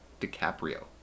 DiCaprio